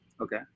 Okay